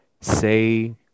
say